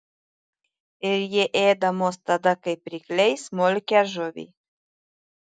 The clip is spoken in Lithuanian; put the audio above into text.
ir jie ėda mus tada kaip rykliai smulkią žuvį